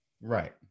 right